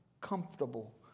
comfortable